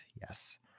yes